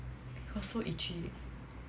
was so itchy